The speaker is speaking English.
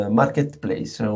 marketplace